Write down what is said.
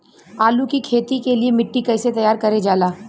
आलू की खेती के लिए मिट्टी कैसे तैयार करें जाला?